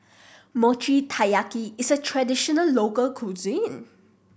Mochi Taiyaki is a traditional local cuisine